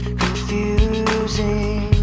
confusing